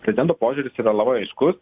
prezidento požiūris yra labai aiškus